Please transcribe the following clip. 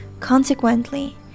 Consequently